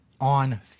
on